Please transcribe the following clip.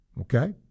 okay